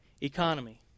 economy